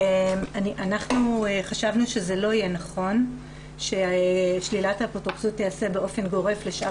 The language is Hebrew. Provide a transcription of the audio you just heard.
אנחנו חשבנו שזה לא יהיה נכון ששלילת האפוטרופסות תיעשה באופן גורף לשאר